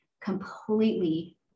completely